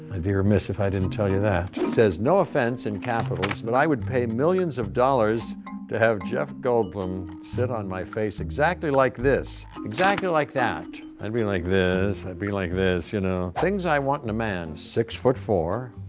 be remiss if i didn't tell you that. it says no offense, in capitals, but i would pay millions of dollars to have jeff goldblum sit on my face exactly like this. exactly like that. i'd be like this, i'd be like this, you know. things i want in a man. six foot four,